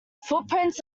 footprints